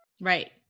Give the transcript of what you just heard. Right